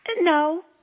No